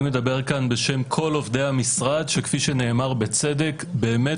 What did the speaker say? אני מדבר כאן בשם כל עובדי המשרד שכפי שנאמר בצדק באמת